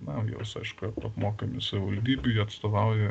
na juos aišku apmokami savivaldybėj jie atstovauja